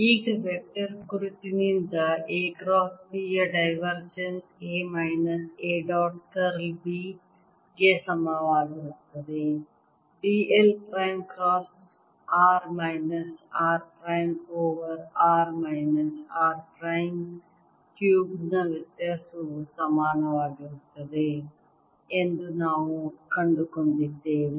ಈಗ ವೆಕ್ಟರ್ ಗುರುತಿನಿಂದ A cross B ಯ divergence A minus A dot curl B ಗೆ ಸಮನಾಗಿರುತ್ತದೆ d l prime cross r minus r prime over r minus r prime cube ನ ವ್ಯತ್ಯಾಸವು ಸಮಾನವಾಗಿರುತ್ತದೆ ಎಂದು ನಾವು ಕಂಡುಕೊಂಡಿದ್ದೇವೆ